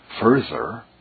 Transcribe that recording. Further